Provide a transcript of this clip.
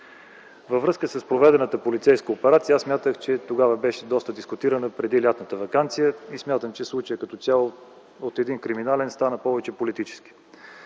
Във връзка с проведената полицейска операция, смятах, че беше доста дискутирана преди лятната ваканция и смятам, че случаят като цяло от криминален стана повече политически.